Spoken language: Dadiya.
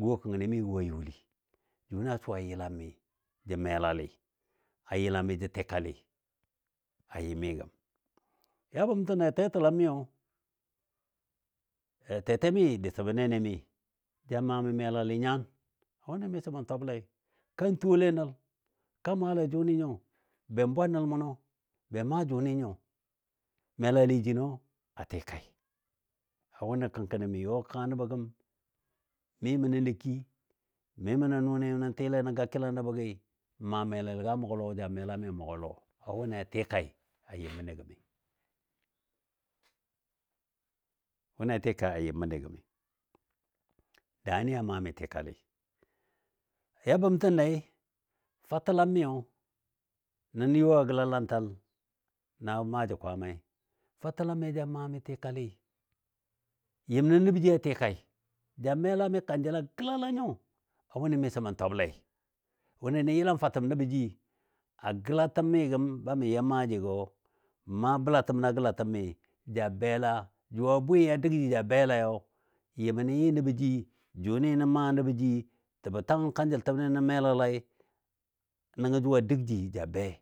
Wo kəngkəni mi gə wo youli, jʊnɨ a suwai a yəlem melalɨ a yəlam mi jə tikalɨ a yɨ mi gəm. Ya bəmtənne tetəla miyo tetemi diso bə nenemi. Ja maa mi melalɨ nyan a wʊnɨ miso ma twable, kan tuwole nəl kan maale jʊnɨ nyo, be bwa nəl munɔ be maa jʊnɨ nyo, melalɨ jino a tikai a wʊnɨ kəngkəni mə yɔ kəgga nəbɔ gəm mi mə nən nə kii. Mi mə nən nʊnɨ tɨle nən ga kɨlan bəbɔ gi n maa melali ga mʊgɔ ja melami a mʊgɔ lɔ a wʊnɨ a tikai a yɨm məndi gəmi a wʊnɨ a tikai a yɨm məndi gəmi daani a maa mi tikali. Ya bəmtənne fatəlam miyo nən nə yɔ gəlalantal na maaji Kwaamai, fatəlami ja maa mi tikali, yɨm nənɔ nəbɔ ji a tikai. Ja melali mi kanjalɔ gəlala nyo a wʊni miso mə twablei wʊnɨ nən yelam fatəm nəbɔ ji, a gəlatəmi gəm ba mə ya maajigɔ mə maa bəlatəm na gəlatə mi ja bela jʊ a bwɨ a dəgji ja belayo, yɨmɔ nən yɨ nəbɔ ji, jʊnɨ nən maa nəbɔ ji təbɔ tangən kanjəltəbni nən melalai nəngo jʊ a dəg ji ja bei.